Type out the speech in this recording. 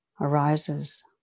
arises